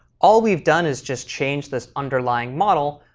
all we've done is just change this underlying model,